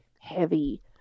heavy